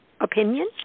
opinion